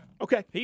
Okay